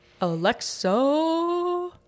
Alexa